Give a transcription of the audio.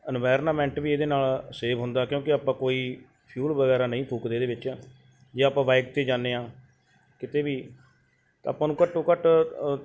environment ਵੀ ਇਹਦੇ ਨਾਲ ਸੇਵ ਹੁੰਦਾ ਕਿਉਂਕਿ ਆਪਾਂ ਕੋਈ ਫਿਊਲ ਵਗੈਰਾ ਨਹੀਂ ਫੂਕਦੇ ਇਹਦੇ ਵਿੱਚ ਜੇ ਆਪਾਂ ਬਾਈਕ 'ਤੇ ਜਾਂਦੇ ਹਾਂ ਕਿਤੇ ਵੀ ਆਪਾਂ ਨੂੰ ਘੱਟੋ ਘੱਟ